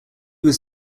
was